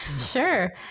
Sure